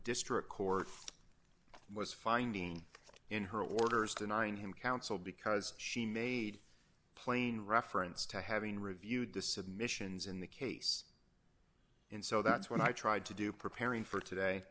district court was finding in her orders to nine him counsel because she made plain reference to having reviewed the submissions in the case in so that's when i tried to do preparing for today